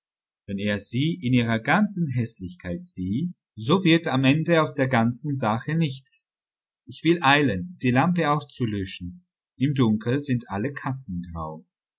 wenn er sie in ihrer ganzen häßlichkeit sieht so wird am ende aus der ganzen sache nichts ich will eilen die lampe auszulöschen im dunkeln sind alle katzen grau